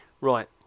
right